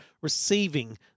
receiving